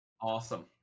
Awesome